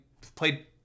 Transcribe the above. played